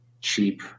cheap